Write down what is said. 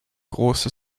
große